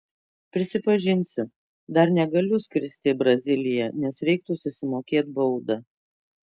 prisipažinsiu dar negaliu skristi į braziliją nes reiktų susimokėt baudą